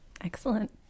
Excellent